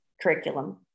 curriculum